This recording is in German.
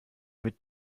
mit